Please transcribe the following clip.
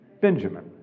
Benjamin